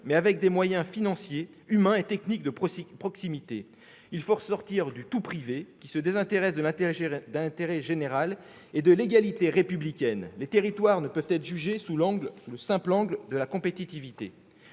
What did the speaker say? mais avec des moyens financiers, humains et techniques de proximité. Il faut sortir du « tout privé », qui se désintéresse de l'intérêt général et de l'égalité républicaine. Les territoires ne peuvent être jugés sous le seul angle de la compétitivité.